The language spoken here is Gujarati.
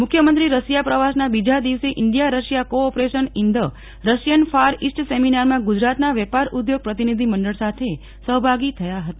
મુખ્યમંત્રી રશિયા પ્રવાસના બીજા દિવસે India Russia cooperation in the Russian Far East સેમિનારમાં ગુજરાતના વેપાર ઉદ્યોગ પ્રતિનિધિમંડળ સાથે સહભાગી થયા હતા